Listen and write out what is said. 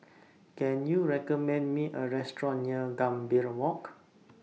Can YOU recommend Me A Restaurant near Gambir Walk